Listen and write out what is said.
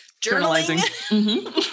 journalizing